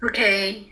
okay